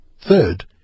third